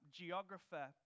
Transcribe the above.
geographer